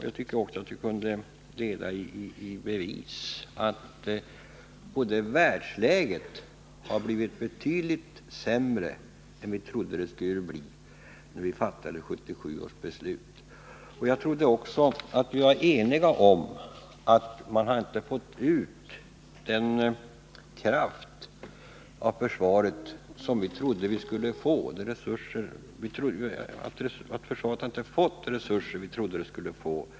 Jag tycker själv att det är uppenbart att världsläget har blivit betydligt sämre än vi förutsåg att det skulle bli när vi fattade 1977 års beslut. Jag trodde också att vi var eniga om att försvaret inte har fått de resurser som vi då väntade oss att det skulle få.